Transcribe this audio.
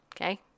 okay